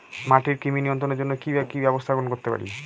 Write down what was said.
মাটির কৃমি নিয়ন্ত্রণের জন্য কি কি ব্যবস্থা গ্রহণ করতে পারি?